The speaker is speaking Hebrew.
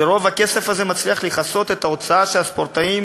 לרוב, הכסף הזה מצליח לכסות את ההוצאה שהספורטאים